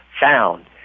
found